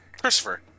Christopher